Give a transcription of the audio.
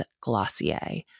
Glossier